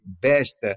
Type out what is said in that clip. best